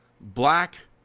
black